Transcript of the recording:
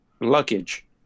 luggage